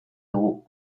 dugu